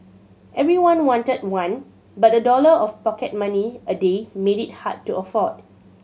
everyone wanted one but a dollar of pocket money a day made it hard to afford